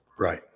Right